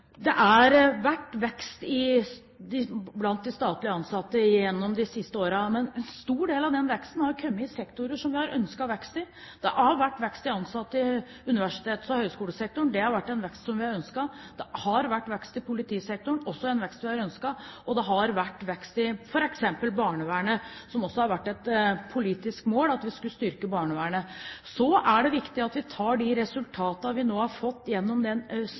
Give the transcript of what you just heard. det har vært vekst blant de statlige ansatte gjennom de siste årene, men en stor del av den veksten har kommet i sektorer som vi har ønsket vekst i. Det har vært vekst i antallet ansatte i universitets- og høgskolesektoren; det er en vekst som vi har ønsket. Det har vært vekst i politisektoren; det er også en vekst som vi har ønsket. Og det har vært vekst i f.eks. barnevernet; det å styrke barnevernet har også vært et politisk mål. Så er det viktig at vi tar på alvor de resultatene vi nå har fått gjennom